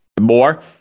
more